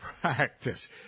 practice